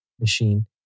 machine